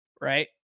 right